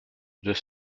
deux